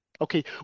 Okay